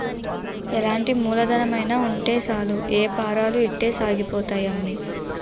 ఎలాంటి మూలధనమైన ఉంటే సాలు ఏపారాలు ఇట్టే సాగిపోతాయి అమ్మి